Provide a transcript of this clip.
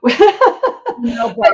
no